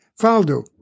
Faldo